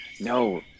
No